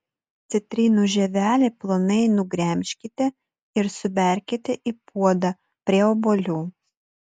citrinų žievelę plonai nugremžkite ir suberkite į puodą prie obuolių